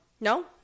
no